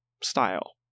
style